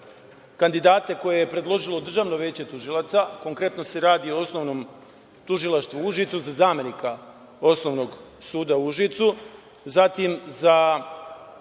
kandidate koje je predložilo Državno veće tužilaca, konkretno se radi o Osnovnom tužilaštvu u Užicu, za zamenika Osnovnog suda Užice. Zatim, za